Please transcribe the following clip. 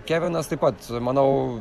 kevinas taip pat manau